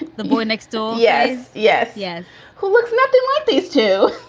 the boy next door. yes, yes. yes who looks nothing like these two.